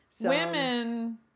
Women